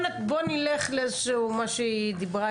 בוא נלך למה שהיועמ"ש דיברה,